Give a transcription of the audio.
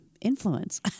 influence